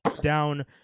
down